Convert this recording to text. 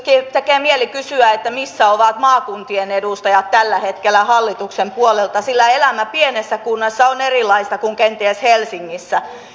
tekee mieli kysyä missä ovat maakuntien edustajat tällä hetkellä hallituksen puolelta sillä elämä pienessä kunnassa on erilaista kuin kenties helsingissä